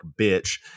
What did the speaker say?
bitch